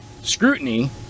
scrutiny